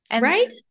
Right